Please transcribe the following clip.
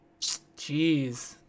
Jeez